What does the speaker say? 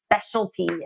specialty